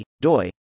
doi